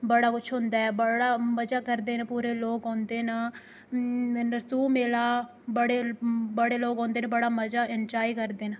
बड़ा कुछ होंदा ऐ बड़ा मजा करदे न पूरे लोक औंदे न नरसू मेला बड़े बड़े लोक औंदे न बड़ा मजा इंजाय करदे न